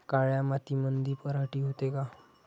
काळ्या मातीमंदी पराटी होते का?